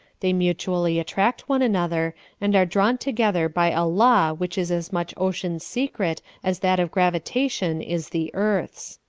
they mutually attract one another, and are drawn together by a law which is as much ocean's secret as that of gravitation is the earth's.